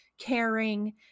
caring